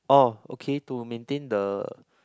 oh okay to maintain the